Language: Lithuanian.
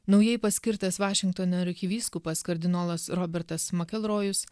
naujai paskirtas vašingtono arkivyskupas kardinolas robertas makelrojus